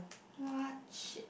!wah! shit